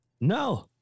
no